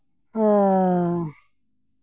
ᱚᱻ